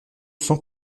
sans